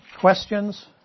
questions